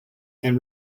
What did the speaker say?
and